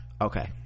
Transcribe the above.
Okay